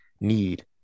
need